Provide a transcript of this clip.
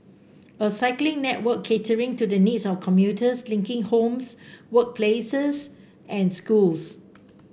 a cycling network catering to the needs of commuters linking homes workplaces and schools